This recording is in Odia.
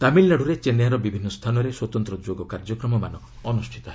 ତାମିଲନାଡୁରେ ଚେନ୍ନାଇର ବିଭିନ୍ନ ସ୍ଥାନରେ ସ୍ପତନ୍ତ୍ର ଯୋଗ କାର୍ଯ୍ୟକ୍ରମମାନ ଅନୁଷ୍ଠିତ ହେବ